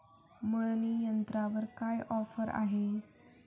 मळणी यंत्रावर काय ऑफर आहे?